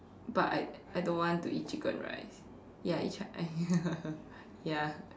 but I I don't want to eat chicken rice ya I try ya